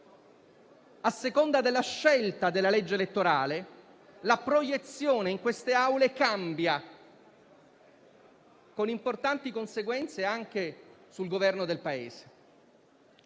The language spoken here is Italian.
a seconda della scelta della legge elettorale, la proiezione in queste Aule cambia, con importanti conseguenze anche sul Governo del Paese.